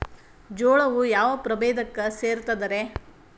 ಜೋಳವು ಯಾವ ಪ್ರಭೇದಕ್ಕ ಸೇರ್ತದ ರೇ?